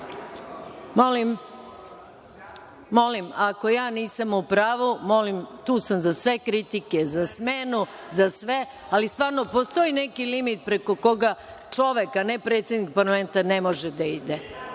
u Srbiji. Ako ja nisam u pravu, tu sam za sve kritike, za smenu, za sve, ali stvarno postoji neki limit preko koga čovek, a ne predsednik parlamenta ne može da ide.